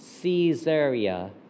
Caesarea